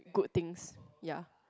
good things ya